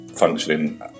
functioning